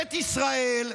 ממשלת ישראל,